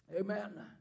Amen